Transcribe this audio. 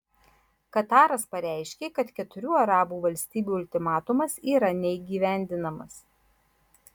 kataras pareiškė kad keturių arabų valstybių ultimatumas yra neįgyvendinamas